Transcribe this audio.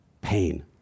pain